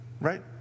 right